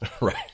Right